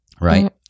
right